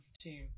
team